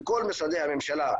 מכל משרדי הממשלה,